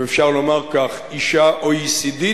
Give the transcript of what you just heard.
אם אפשר לומר כך, אשה OECD-ית,